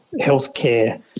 healthcare